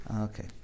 okay